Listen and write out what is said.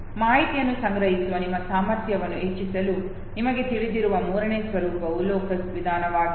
ಮಾಹಿತಿಯನ್ನು ಸಂಗ್ರಹಿಸುವ ನಿಮ್ಮ ಸಾಮರ್ಥ್ಯವನ್ನು ಹೆಚ್ಚಿಸಲು ನಿಮಗೆ ತಿಳಿದಿರುವ ಮೂರನೇ ಸ್ವರೂಪವು ಲೋಕಸ್ ವಿಧಾನವಾಗಿದೆ